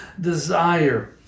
desire